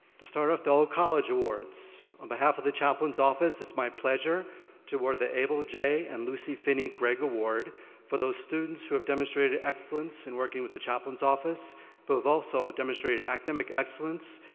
to start off the all college awards. on behalf of the chaplain's office, it is my pleasure to award the abel j. and lucy phinney greg award for those students who have demonstrated excellence in working with the chaplain's office but have also demonstrated academic excellence,